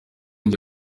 njya